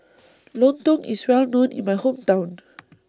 Lontong IS Well known in My Hometown